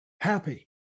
happy